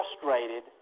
frustrated